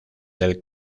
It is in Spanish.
del